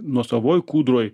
nuosavoj kūdroj